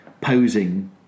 posing